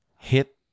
Hit